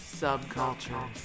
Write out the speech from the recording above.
subculture